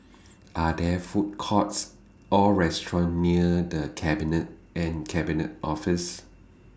Are There Food Courts Or restaurants near The Cabinet and Cabinet Office